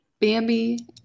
Bambi